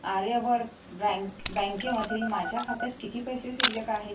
Aryavart bank बँकेमधील माझ्या खात्यात किती पैसे शिल्लक आहेत